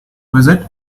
visit